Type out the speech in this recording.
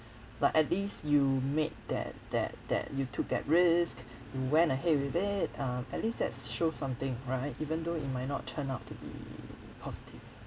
like at least you made that that that you took that risk you went ahead with it uh at least that's shows something right even though it might not turn out to be positive